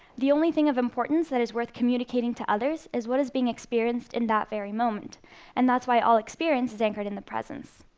the only thing of importance that is worth communicating to others is what is being experienced in that very moment and that's why all experience is anchored in the present.